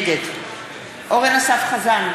נגד אורן אסף חזן,